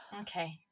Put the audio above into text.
Okay